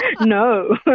No